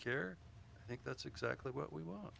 care i think that's exactly what we want